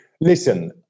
Listen